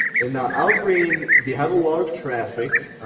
and the outbrain, they have a lot of traffic,